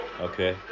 okay